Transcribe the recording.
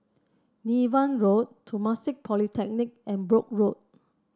Niven Road Temasek Polytechnic and Brooke Road